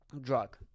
Drug